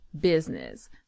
business